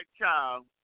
child